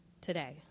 today